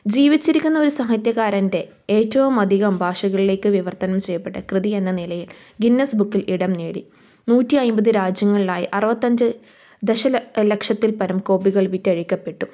ജീവിച്ചിരിക്കുന്ന ഒരു സാഹിത്യകാരൻ്റെ ഏറ്റവും അധികം ഭാഷകളിലേക്ക് വിവർത്തനം ചെയ്യപ്പെട്ട കൃതി എന്ന നിലയിൽ ഗിന്നസ് ബുക്കിൽ ഇടം നേടി നൂറ്റി അയിമ്പത് രാജ്യങ്ങളിലായി അറുപത്തഞ്ച് ദശ ലക്ഷത്തിൽ പരം കോപ്പികൾ വിറ്റഴിക്കപ്പെട്ടു